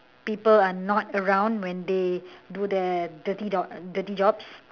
people are not around when they do their dirty job dirty jobs